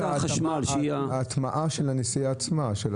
מבחינת ההטמעה של הנסיעה עצמה,